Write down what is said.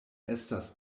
estas